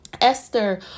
Esther